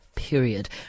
period